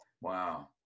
Wow